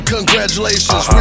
Congratulations